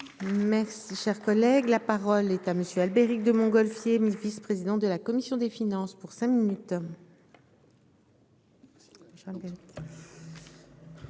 Merci, cher collègue, la parole est à monsieur Albéric de Montgolfier 1000 vice-président de la commission des finances pour cinq minutes.